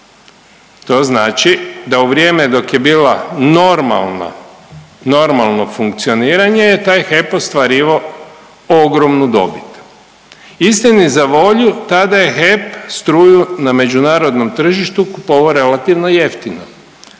To znači da u vrijeme dok je bila normalna, normalno funkcioniranje je taj HEP ostvarivao ogromnu dobit. Istini za volju tada je HEP struju na međunarodnom tržištu kupovao relativno jeftino.